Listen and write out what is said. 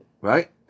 Right